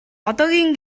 одоогийн